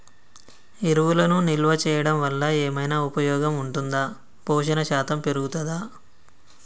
ఎరువులను నిల్వ చేయడం వల్ల ఏమైనా ఉపయోగం ఉంటుందా పోషణ శాతం పెరుగుతదా?